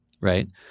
right